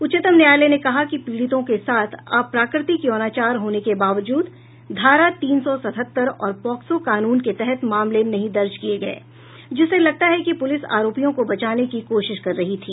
उच्चतम न्यायलय ने कहा कि पीड़ितों के साथ अप्राकृतिक यौनाचार होने के बावजूद धारा तीन सौ सतहत्तर और पोक्सो कानून के तहत मामले नहीं दर्ज नहीं किये जिससे लगता है कि प्रलिस आरोपियों को बचाने की कोशिश कर रही थी